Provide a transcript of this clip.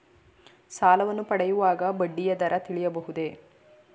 ಸಾಲವನ್ನು ಪಡೆಯುವಾಗ ಬಡ್ಡಿಯ ದರ ತಿಳಿಸಬಹುದೇ?